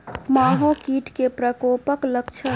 माहो कीट केँ प्रकोपक लक्षण?